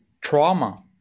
trauma